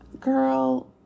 Girl